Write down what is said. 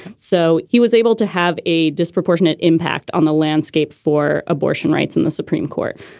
so he was able to have a disproportionate impact on the landscape for abortion rights in the supreme court.